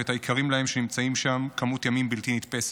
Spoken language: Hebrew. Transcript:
ואת היקרים להם שנמצאים שם כמות ימים בלתי נתפסת.